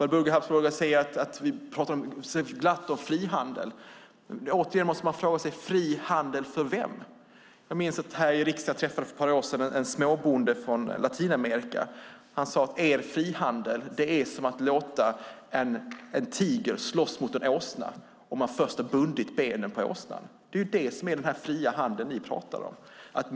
Walburga Habsburg Douglas talar glatt om frihandel. Man måste fråga sig: Fri handel för vem? Jag träffade här i riksdagen för ett par år sedan en småbonde från Latinamerika. Han sade: Er frihandel är som att låta en tiger slåss mot en åsna om man först har bundit benen på åsnan. Det är den fria handel ni talar om.